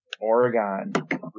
Oregon